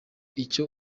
icyo